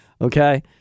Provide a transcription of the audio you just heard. Okay